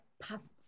past